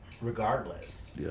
regardless